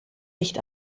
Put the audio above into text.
licht